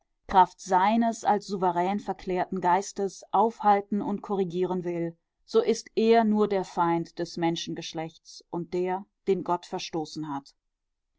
kraft seines als souverän verklärten geistes aufhalten und korrigieren will so ist er nur der feind des menschengeschlechts und der den gott verstoßen hat